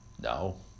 No